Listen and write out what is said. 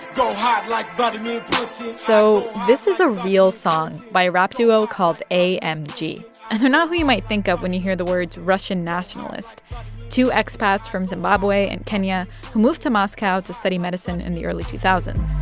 go hard like vladimir putin so this is a real song by a rap duo called amg, and they're not who you might think of when you hear the words russian nationalists two expats from zimbabwe and kenya who moved to moscow to study medicine in the early two thousand